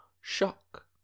shock